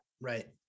right